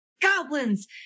goblins